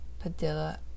Padilla